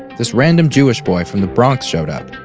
this random jewish boy from the bronx showed up.